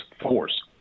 Force